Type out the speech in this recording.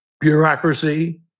bureaucracy